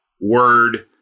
word